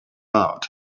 out